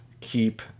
keep